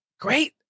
Great